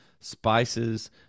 spices